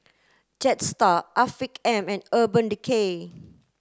Jetstar Afiq M and Urban Decay